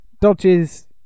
dodges